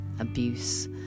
abuse